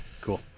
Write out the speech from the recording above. Cool